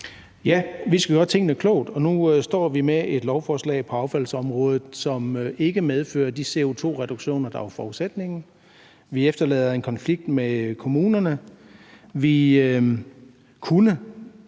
Vi skal gøre tingene klogt, og nu står vi med et lovforslag på affaldsområdet, som ikke medfører de CO2-reduktioner, der var forudsætningen. Vi efterlader en konflikt med kommunerne. Vi kunne